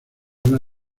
una